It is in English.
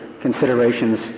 considerations